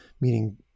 meaning